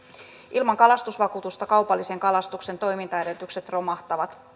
ilman kalastusvakuutusta kaupallisen kalastuksen toimintaedellytykset romahtavat